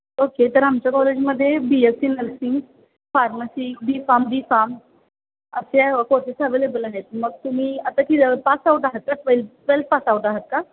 okay तर आमच्या कॉलेजमधे B Sc nursing pharmacy B pharm D pharm असे कोर्सेस अवेलेबल आहेत मग तुम्ही आता की पास आउट आहात का ट्वेल् ट्वेल्थ पास आउट आहात का